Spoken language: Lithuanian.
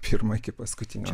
pirmo iki paskutinio